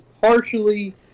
partially